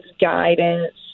guidance